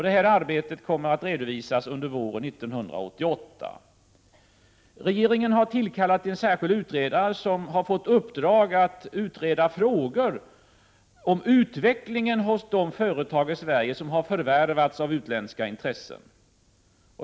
Detta arbete kommer att redovisas under våren 1988. Vidare har regeringen tillkallat en särskild utredare som har fått i uppdrag att utreda frågor om utvecklingen hos de företag i Sverige som har förvärvats av utländska intressen.